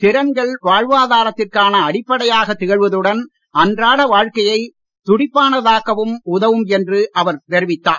திறன்கள் வாழ்வாதரத்திற்கான கிடையாது என்றும் அடிப்படையாக திகழ்வதுடன் அன்றாட வாழ்க்கையை துடிப்பானதாக்கவும் உதவும் என்று அவர் தெரிவித்தார்